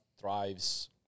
thrives